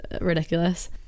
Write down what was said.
ridiculous